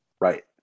Right